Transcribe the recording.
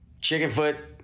Chickenfoot